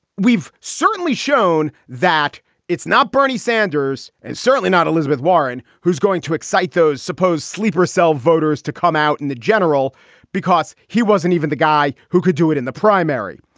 we've certainly shown that it's not bernie sanders and certainly not elizabeth warren who's going to excite those supposed sleeper cell voters to come out in the general because he wasn't even the guy who could do it in the primary.